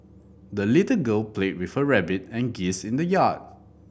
the little girl played with her rabbit and geese in the yard